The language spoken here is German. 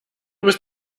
bist